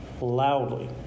loudly